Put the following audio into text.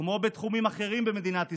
כמו בתחומים אחרים במדינת ישראל,